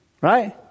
Right